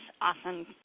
awesome